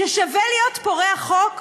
ששווה להיות פורע חוק?